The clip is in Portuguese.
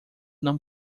não